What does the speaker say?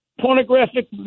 pornographic